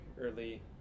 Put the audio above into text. early